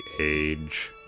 age